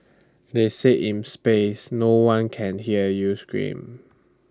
they say in space no one can hear you scream